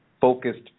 focused